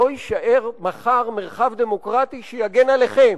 לא יישאר מחר מרחב דמוקרטי שיגן עליכם,